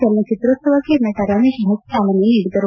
ಚಲನಚಿತ್ರಕ್ಲೋವಕ್ಕೆ ನಟ ರಮೇಶ್ ಭಟ್ ಚಾಲನೆ ನೀಡಿದರು